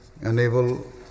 enable